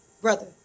brother